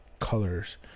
colors